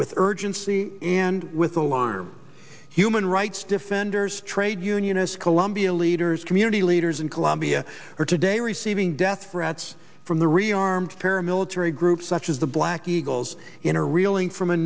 with urgency and with alarm human rights defenders trade unionist colombia leaders community leaders in colombia are today receiving death threats from the rearmed paramilitary groups such as the black eagles in are reeling from